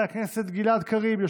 אין מתנגדים, אין נמנעים.